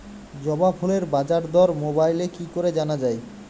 জবা ফুলের বাজার দর মোবাইলে কি করে জানা যায়?